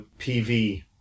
PV